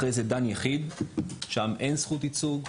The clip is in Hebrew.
אחרי זה דן יחיד, שם אין זכות ייצוג.